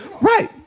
Right